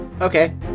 okay